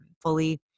fully